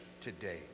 today